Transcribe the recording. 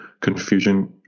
confusion